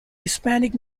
hispanic